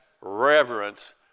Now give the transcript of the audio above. reverence